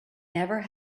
never